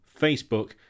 Facebook